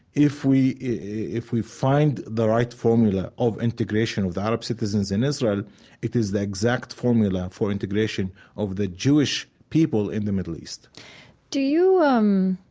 if we if we find the right formula of integration of the arab citizens in israel, it is the exact formula for integration of the jewish people in the middle east do you, um,